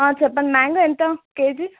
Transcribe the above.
చెప్పండి మ్యాంగో ఎంత కేజీ